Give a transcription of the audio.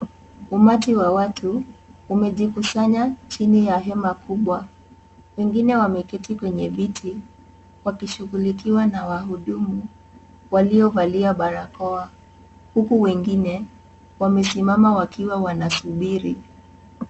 Umati wa watu umejikusanya chini ya hema kubwa, wengine wameketi kwenye viti wakishugulikiwa na wahudumu waliovalia barakoa huku wengine wamesimama wakiwa wanasubiri.